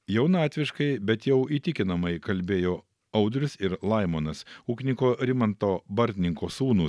jaunatviškai bet jau įtikinamai kalbėjo audrius ir laimonas ūkininko rimanto bartninko sūnūs